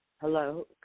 Hello